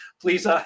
please